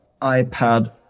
iPad